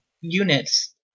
units